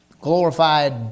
glorified